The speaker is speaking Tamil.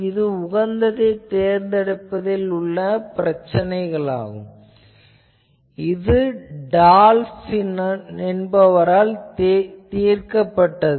இது உகந்ததைத் தேர்ந்தெடுக்கும் பிரச்சனை இது டால்ப் னால் தீர்க்கப்பட்டது